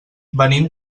venim